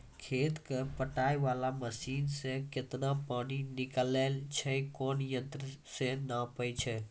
खेत कऽ पटाय वाला मसीन से केतना पानी निकलैय छै कोन यंत्र से नपाय छै